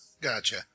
Gotcha